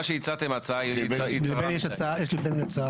מה שהצעתם ההצעה היא צרה מידי.